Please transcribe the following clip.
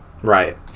Right